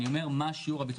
אני אומר מה שיעור הביצוע.